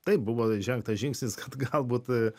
taip buvo žengtas žingsnis kad galbūt